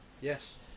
yes